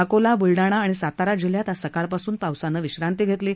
अकोला ब्लडाणा आणि सातारा जिल्ह्यात आज सकाळपासून पावसानं विश्रांती घेतली आहे